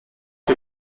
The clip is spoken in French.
que